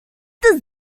does